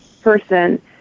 person